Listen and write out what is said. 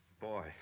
Boy